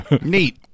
Neat